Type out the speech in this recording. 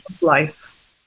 life